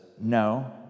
no